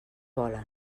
volen